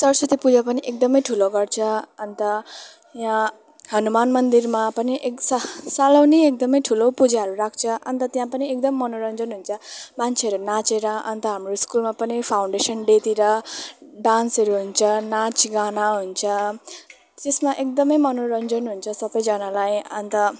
सरस्वती पूजा पनि एकदमै ठुलो गर्छ अन्त यहाँ हनुमान मन्दिरमा पनि एक सा सालैनी एकदमै ठुलो पूजाहरू लाग्छ अन्त त्यहाँ पनि एकदम मनोरञ्जन हुन्छ मान्छेहरू नाचेर अन्त हाम्रो स्कुलमा पनि फाउन्डेसन डेतिर डान्सहरू हुन्छ नाचगाना हुन्छ त्यसमा एकदमै मनोरञ्जन हुन्छ सबैजनालाई अन्त